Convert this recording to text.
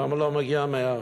למה לא מגיע 100%?